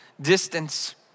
distance